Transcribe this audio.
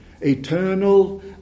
Eternal